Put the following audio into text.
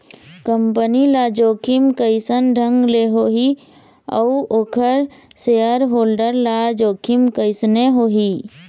Company ल जोखिम कइसन ढंग ले होही अउ ओखर सेयर होल्डर ल जोखिम कइसने होही?